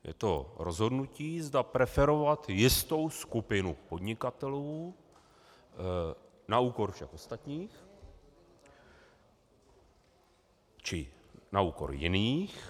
Je to rozhodnutí, zda preferovat jistou skupinu podnikatelů na úkor všech ostatních či na úkor jiných.